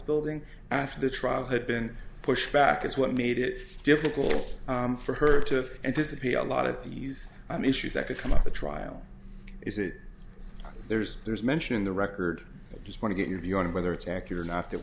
building after the trial had been pushed back is what made difficult for her to anticipate a lot of these issues that could come up the trial is there's there's mention in the record i just want to get your view on whether it's accurate not that